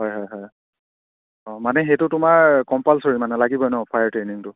হয় হয় হয় অঁ মানে সেইটো তোমাৰ কম্পালচৰী মানে লাগিব ন ফায়াৰ ট্ৰেইনিংটো